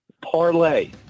parlay